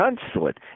consulate